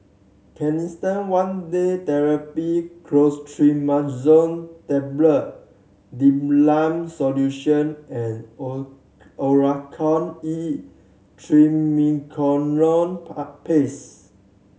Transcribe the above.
Canesten One Day Therapy Clotrimazole Tablet Difflam Solution and O Oracort E Triamcinolone Paste